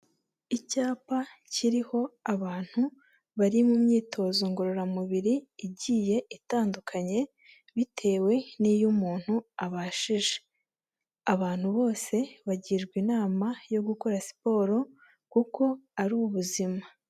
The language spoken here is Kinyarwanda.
Icyapa kiriho abantu bari mu myitozo ngororamubiri igiye itandukanye bitewe n'iyo umuntu abashije, abantu bose bagirwa inama yo gukora siporo kuko ari ubuzima.